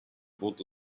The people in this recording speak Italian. voto